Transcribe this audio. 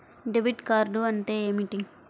Debit card అంటే ఏమిటి?